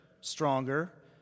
stronger